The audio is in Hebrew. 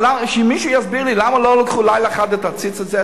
שמישהו יסביר לי: למה לא לקחו בלילה אחד את העציץ הזה,